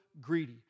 greedy